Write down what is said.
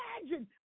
imagine